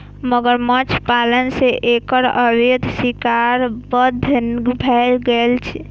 मगरमच्छ पालन सं एकर अवैध शिकार बन्न भए गेल छै